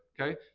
okay